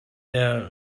der